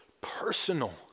personal